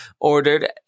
ordered